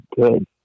good